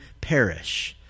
perish